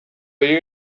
you